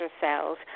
cells